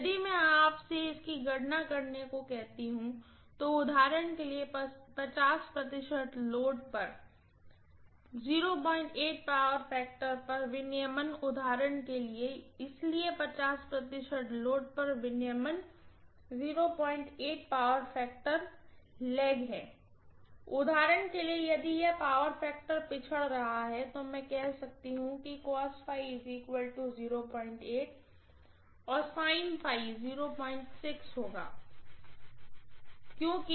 यदि मैंने आपसे गणना करने के लिए कहा उदाहरण के लिए लोड pf पर रेगुलेशन उदाहरण के लिए इसलिए लोड पर रेगुलेशन pf लेग उदाहरण के लिए इसलिए यदि यह पावर फैक्टर पिछड़ रहा है तो मैं कह सकती हूँ और होगा क्योंकि